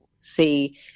see